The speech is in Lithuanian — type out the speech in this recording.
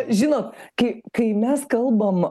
žino kai kai mes kalbam